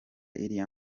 iriya